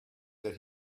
that